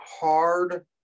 hard